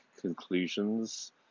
conclusions